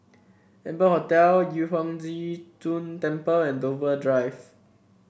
Amber Hotel Yu Huang Zhi Zun Temple and Dover Drive